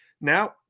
Now